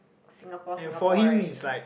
Singapore Singaporean